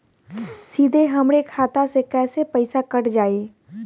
सीधे हमरे खाता से कैसे पईसा कट जाई?